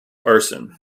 arson